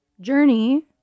journey